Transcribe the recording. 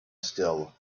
still